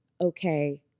okay